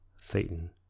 Satan